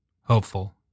hopeful